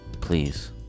Please